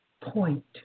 point